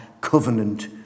covenant